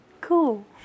Cool